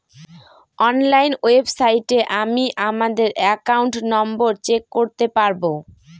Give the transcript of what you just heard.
online ওয়েবসাইটে আমি আমাদের একাউন্ট নম্বর চেক করতে পারবো